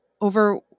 over